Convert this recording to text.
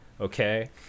okay